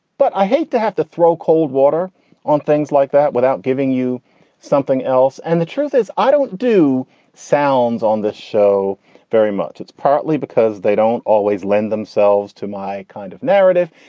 but i hate to have to throw cold water on things like that without giving you something else. and the truth is, i don't do sounds on this show very much. it's partly because they don't always lend themselves to my kind of narrative,